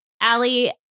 Ali